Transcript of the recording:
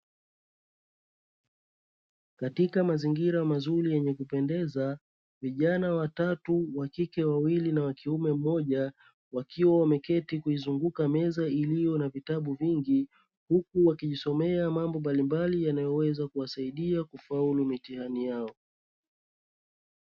Katika mazingira mazuri yenye kupendeza, vijana watatu; wa kike wawili na wa kiume mmoja, wakiwa wameketi kuizunguka meza iliyo na vitabu vingi huku wakijisomea mambo mbalimbali yanayoweza kuwasaidia kufaulu mitihani yao.